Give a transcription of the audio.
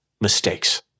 mistakes